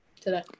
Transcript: today